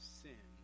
sin